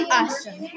awesome